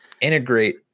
integrate